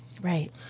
Right